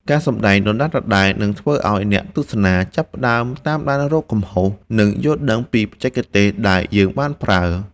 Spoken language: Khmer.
ការសម្តែងដដែលៗនឹងធ្វើឱ្យអ្នកទស្សនាចាប់ផ្តើមតាមដានរកកំហុស និង យល់ដឹងពីបច្ចេកទេសដែលយើងបានប្រើ។